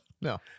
No